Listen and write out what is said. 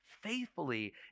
faithfully